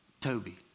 Toby